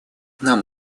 нам